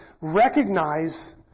recognize